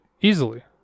easily